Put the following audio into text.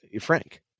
Frank